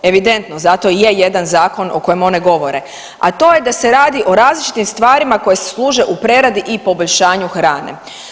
Evidentno zato i je jedan zakon o kojem one govore, a to je da se radi o različitim stvarima koje služe u preradi i poboljšanju hrane.